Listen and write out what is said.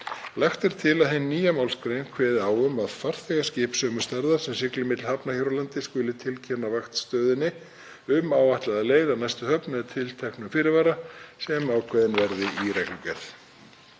Lagt er til að hin nýja málsgrein kveði á um að farþegaskip sömu stærðar, sem sigli milli hafna hér á landi, skuli tilkynna vaktstöðinni um áætlaða leið að næstu höfn með tilteknum fyrirvara sem ákveðinn verði í reglugerð.